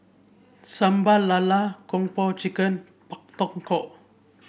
Sambal Lala Kung Po Chicken Pak Thong Ko